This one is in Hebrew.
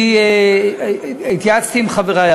אני התייעצתי עם חברי,